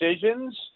decisions